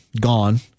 gone